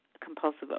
compulsive